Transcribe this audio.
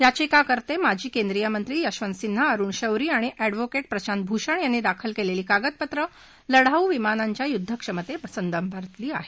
याचिकाकर्ते माजी केंद्रीय मंत्री यशवंत सिन्हा अरुण शौरी आणि अद्विहोकेट प्रशांत भूषण यांनी दाखल केलेली कागदपत्रं लढाऊ विमानाच्या युद्ध क्षमते संबंधातली आहेत